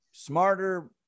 smarter